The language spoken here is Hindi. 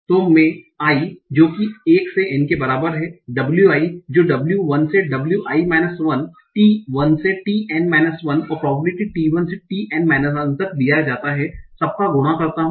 तो मैं i जो कि 1 से n के बराबर है wi जो w1 से w t1 से tn 1 और प्रोबेबिलिटी t1 से tn 1 तक दिया जाता है सबका गुणा करता हू